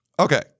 Okay